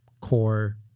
core